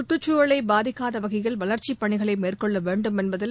சுற்றுச்சூழலை பாதிக்காத வகையில் வளர்ச்சிப் பணிகளை மேற்கொள்ள வேண்டும் என்பதில்